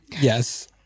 yes